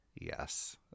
yes